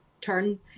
turn